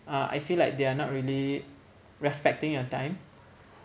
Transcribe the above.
uh I feel like they are not really respecting your time